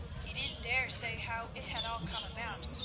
he didn't dare say how it had all come about,